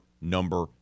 number